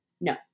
no